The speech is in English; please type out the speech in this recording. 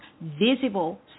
visible